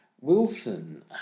Wilson